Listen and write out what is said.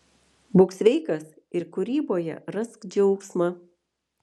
būk sveikas ir kūryboje rask džiaugsmą